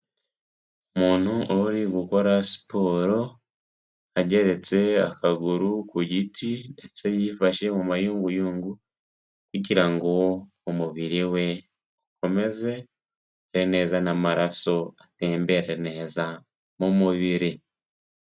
Umuntu uri gukora siporo ageretse akaguru ku giti, ndetse yifashe mu mayunguyungu, kugira ngo umubiri we ukomeze umere neza n'amaraso atembere neza mu mubiri.